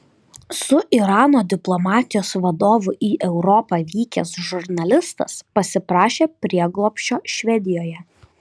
su irano diplomatijos vadovu į europą vykęs žurnalistas pasiprašė prieglobsčio švedijoje